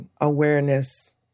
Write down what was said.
awareness